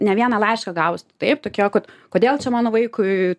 ne vieną laišką gavusi taip tokie kad kodėl čia mano vaikui